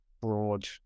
broad